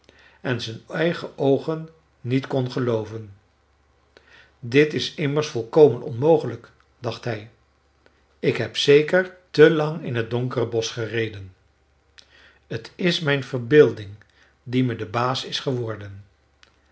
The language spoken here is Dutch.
en zijn eigen oogen niet kon gelooven dit is immers volkomen onmogelijk dacht hij ik heb zeker te lang in t donkere bosch gereden t is mijn verbeelding die me de baas is geworden